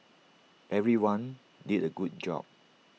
everyone did A good job